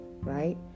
right